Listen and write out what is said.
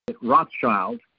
Rothschild